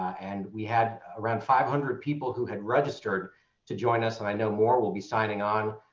and we had around five hundred people who had registered to join us and i know more will be signing on.